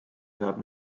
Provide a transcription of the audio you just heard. saab